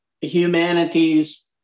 humanities